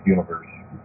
Universe